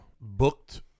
booked